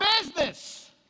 business